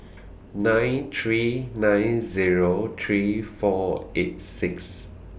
nine three nine Zero three four eight six